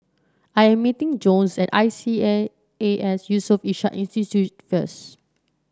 I am meeting Jones at I C A A S Yusof Ishak Institute first